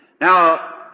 Now